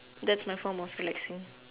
that's my form of relaxing